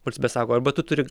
valstybė sako arba tu turi